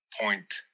point